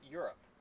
Europe